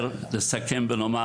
קורא